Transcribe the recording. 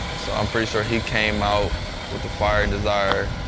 so i'm pretty sure he came out with the fire and desire.